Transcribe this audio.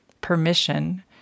permission